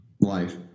life